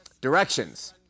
directions